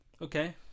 Okay